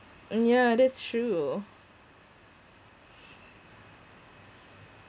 mm yeah that's true